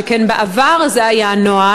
שכן בעבר זה היה הנוהל,